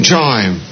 time